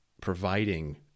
providing